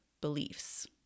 beliefs